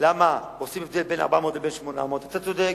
למה עושים הבדל בין 400 לבין 800: אתה צודק.